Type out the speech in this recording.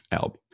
alb